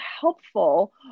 helpful